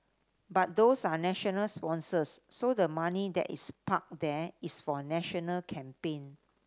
but those are national sponsors so the money that is parked there is for national campaign